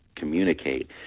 communicate